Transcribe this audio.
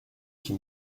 qui